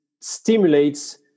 stimulates